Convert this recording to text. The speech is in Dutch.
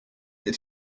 het